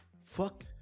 fuck